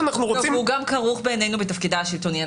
והוא גם כרוך בעינינו בתפקידה השלטוני.